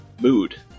mood